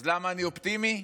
אז למה אני אופטימי?